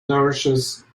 nourishes